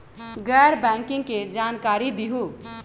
गैर बैंकिंग के जानकारी दिहूँ?